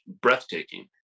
breathtaking